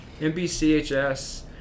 NBCHS